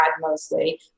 mostly